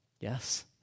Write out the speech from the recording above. Yes